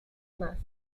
más